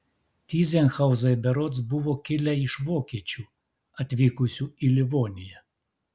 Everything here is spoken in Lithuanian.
tyzenhauzai berods buvo kilę iš vokiečių atvykusių į livoniją